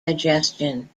digestion